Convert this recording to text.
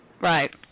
Right